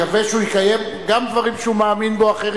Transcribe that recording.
מקווה שהוא יקיים גם דברים אחרים שהוא מאמין בהם.